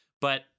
but-